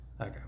okay